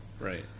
Right